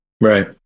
Right